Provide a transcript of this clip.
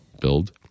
build